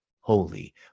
holy